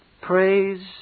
praise